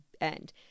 end